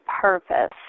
purpose